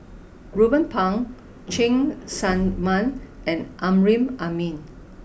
Ruben Pang Cheng Tsang Man and Amrin Amin